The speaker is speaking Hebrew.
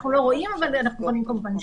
אנחנו לא רואים, אבל אנחנו מוכנים כמובן לשמוע.